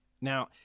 Now